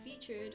featured